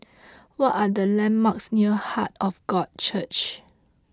what are the landmarks near Heart of God Church